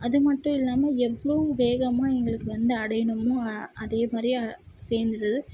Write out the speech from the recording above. அது மட்டும் இல்லாமல் எவ்வளோ வேகமாக எங்களுக்கு வந்து அடையணுமோ அதேமாதிரியே சேந்துடுது